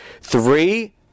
Three